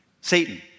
Satan